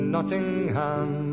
Nottingham